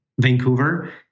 Vancouver